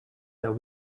that